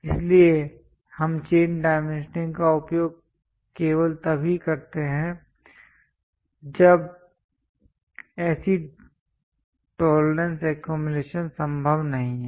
इसलिए हम chain dimensioning का उपयोग केवल तभी करते हैं जब ऐसी टोलरेंस एक्यूमुलेशन संभव नहीं है